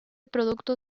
producto